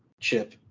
chip